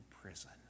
prison